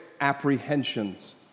apprehensions